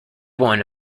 one